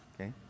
okay